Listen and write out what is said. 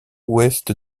ouest